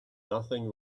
nothing